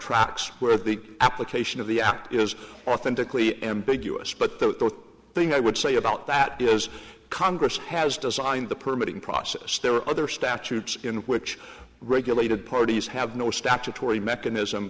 tracks where the application of the act is authentically ambiguous but the thing i would say about that is congress has designed the permitting process there are other statutes in which regulated parties have no statutory mechanism